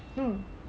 no